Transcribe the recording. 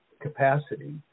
capacity